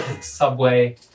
subway